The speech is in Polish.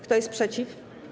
Kto jest przeciw?